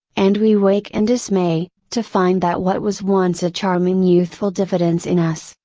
and we wake in dismay, to find that what was once a charming youthful diffidence in us,